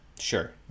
Sure